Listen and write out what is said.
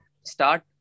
start